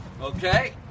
Okay